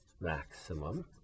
maximum